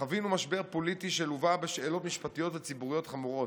חווינו משבר פוליטי שלווה בשאלות משפטיות ציבוריות חמורות,